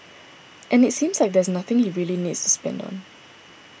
and it seems like there's nothing he really needs to spend on